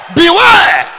beware